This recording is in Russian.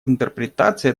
интерпретации